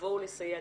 לבוא ולסייע,